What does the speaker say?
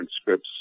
scripts